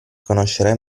conoscere